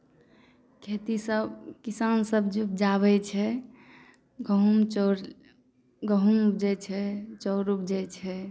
खेतीसब किसानसब जे उपजाबै छै गहूम चाउर गहूम उपजै छै चाउर उपजै छै